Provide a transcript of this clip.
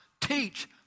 teach